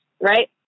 right